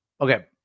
okay